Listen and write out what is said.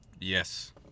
Yes